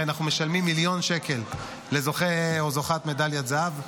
כי הרי אנחנו משלמים 1 מיליון שקל לזוכה או זוכת מדליית זהב,